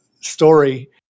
story